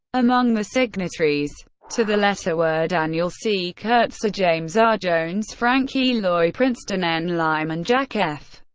among the signatories to the letter were daniel c. kurtzer, james r. jones, frank e. loy, princeton n. lyman, jack f.